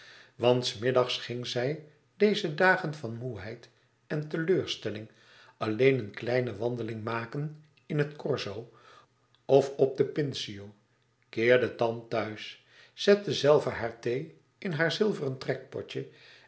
want s middags ging zij deze dagen van moêheid en teleurstelling alleen een kleine wandeling maken in het corso of op den pincio keerde dan thuis zette zelve haar thee in haar zilveren trekpotje